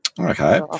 Okay